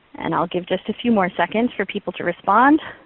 and i'll give just a few more seconds for people to respond,